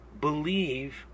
believe